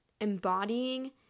embodying